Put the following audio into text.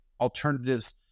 alternatives